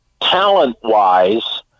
talent-wise